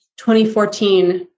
2014